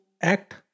act